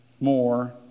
more